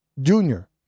Junior